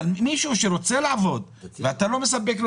אבל מישהו שרוצה לעבוד ואתה לא מספק לו